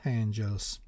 angels